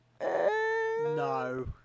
no